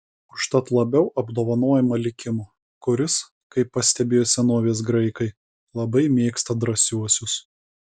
užtat labiau apdovanojama likimo kuris kaip pastebėjo senovės graikai labai mėgsta drąsiuosius